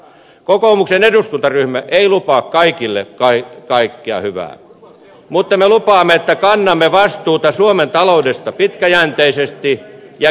kokoomuksen eduskuntaryhmä ei lupaa kaikille kaikkea hyvää mutta me lupaamme että kannamme vastuuta suomen taloudesta pitkäjänteisesti ja kestävästi